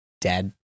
dead